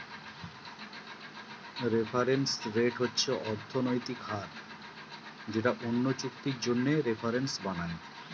reference rate হচ্ছে অর্থনৈতিক হার যেটা অন্য চুক্তির জন্যে রেফারেন্স বানায়